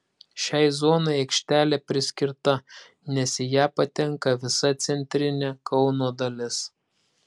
šiai zonai aikštelė priskirta nes į ją patenka visa centrinė kauno dalis